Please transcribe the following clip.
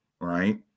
right